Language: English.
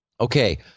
Okay